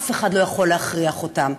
אף אחד לא יכול להכריח אותם,